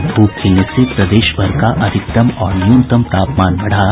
और ध्रप खिलने से प्रदेशभर का अधिकतम और न्यूनतम तापमान बढ़ा